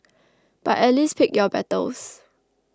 but at least pick your battles